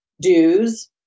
dues